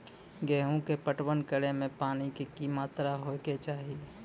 गेहूँ के पटवन करै मे पानी के कि मात्रा होय केचाही?